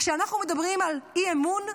כשאנחנו מדברים על אי-אמון,